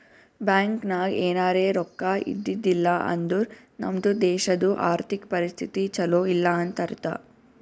bank ನಾಗ್ ಎನಾರೇ ರೊಕ್ಕಾ ಇದ್ದಿದ್ದಿಲ್ಲ ಅಂದುರ್ ನಮ್ದು ದೇಶದು ಆರ್ಥಿಕ್ ಪರಿಸ್ಥಿತಿ ಛಲೋ ಇಲ್ಲ ಅಂತ ಅರ್ಥ